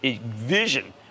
vision